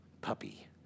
puppy